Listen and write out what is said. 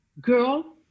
girl